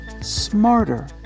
smarter